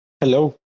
Hello